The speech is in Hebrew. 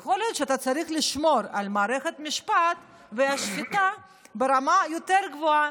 יכול להיות שאתה צריך לשמור על מערכת המשפט והשפיטה ברמה יותר גבוהה,